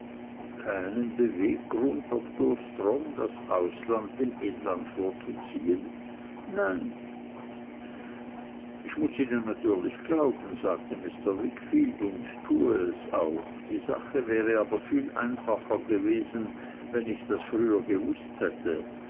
keinen beweggrund doktor strong das ausland dem inland vorzuziehen nein ich muß ihnen natürlich glauben sagte mr wickfield und tue es auch die sache wäre aber viel einfacher gewesen wenn ich das früher gewußt hätte